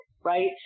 Right